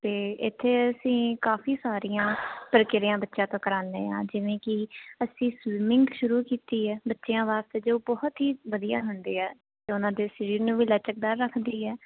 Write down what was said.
ਤੇ ਇੱਥੇ ਅਸੀਂ ਕਾਫੀ ਸਾਰੀਆਂ ਪ੍ਰਕਿਰਿਆ ਬੱਚਿਆਂ ਤੋਂ ਕਰਾਦੇ ਆਂ ਜਿਵੇਂ ਕੀ ਅਸੀਂ ਸਵਿਮਿੰਗ ਸ਼ੁਰੂ ਕੀਤੀ ਹੈ ਬੱਚਿਆਂ ਵਾਸਤੇ ਜੋ ਬਹੁਤ ਹੀ ਵਧੀਆ ਹੁੰਦੇ ਆ ਕਿ ਉਹਨਾਂ ਦੇ ਸਰੀਰ ਨੂੰ ਵੀ ਲਚਕਦਾਰ ਰੱਖਦੀ ਐ